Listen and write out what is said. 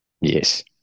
Yes